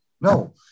No